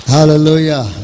Hallelujah